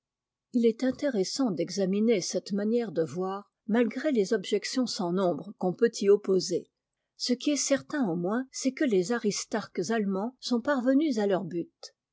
ii est intéressant d'examiner cette manière de voir matgré les objections sans nombre qu'on peut y opposer ce qui est certain au moins c'est que les aristarques allemands sont parvenus à leur but